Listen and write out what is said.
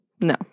No